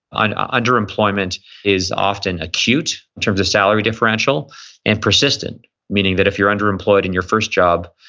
and underemployment is often acute in terms of salary differential and persistent meaning that if you're underemployed in your first job,